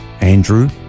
Andrew